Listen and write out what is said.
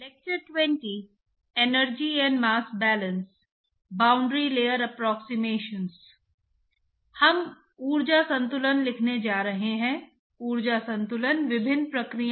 तो हमने हीट और मास्स ट्रांसपोर्ट गुणांक को परिभाषित किया